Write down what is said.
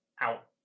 out